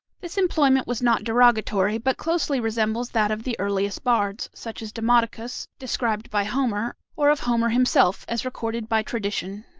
this employment was not derogatory, but closely resembles that of the earliest bards, such as demodocus, described by homer, or of homer himself, as recorded by tradition.